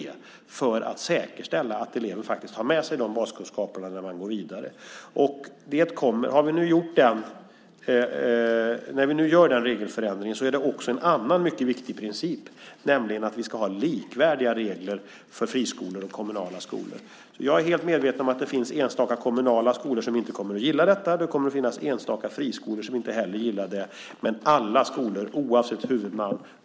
Det gör vi för att säkerställa att elever har med sig de baskunskaperna när de går vidare. När vi nu gör den regelförändringen finns det också en annan viktig princip. Vi ska likvärdiga regler för friskolor och kommunala skolor. Jag är helt medveten om att det finns enstaka kommunala skolor som inte kommer att gilla detta. Det kommer att finnas enstaka friskolor som inte heller gillar det. Men det gäller för alla skolor, oavsett huvudman.